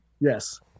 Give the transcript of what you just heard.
Yes